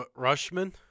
Rushman